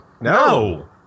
No